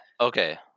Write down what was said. Okay